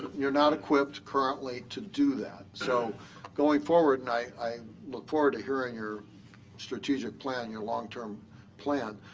you're not equipped, currently, to do that. so going forward, and i i look forward to hearing your strategic plan, your long term plan.